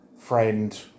friend